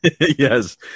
Yes